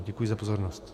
Děkuji za pozornost.